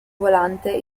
volante